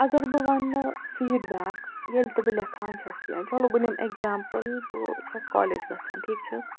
اگر بہٕ وَنہٕ فیٖڈبیک ییٚلہِ تہِ بہٕ لٮ۪کھنان چھَس کیٚنٛہہ چَلو بہٕ نِمہٕ اٮ۪گزامپٕل بہٕ چھَس کالیج گَژھان ٹھیٖک چھےٚ حظ